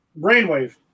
Brainwave